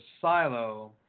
silo